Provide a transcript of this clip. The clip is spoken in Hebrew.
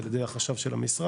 על ידי החשב של המשרד,